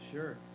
Sure